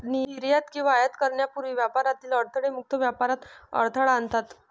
निर्यात किंवा आयात करण्यापूर्वी व्यापारातील अडथळे मुक्त व्यापारात अडथळा आणतात